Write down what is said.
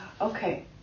Okay